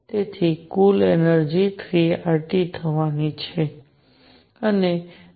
તેથી કુલ energy 3 R T થવાની છે